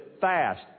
fast